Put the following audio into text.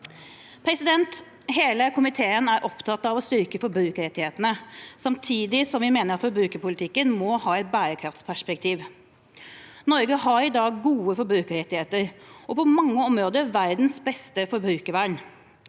saken. Hele komiteen er opptatt av å styrke forbrukerrettighetene samtidig som vi mener at forbrukerpolitikken må ha et bærekraftsperspektiv. Norge har i dag gode forbrukerrettigheter og på mange områder verdens beste forbrukervern.